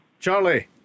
Charlie